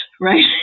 right